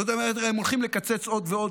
זאת אומרת, הם הולכים לקצץ עוד ועוד.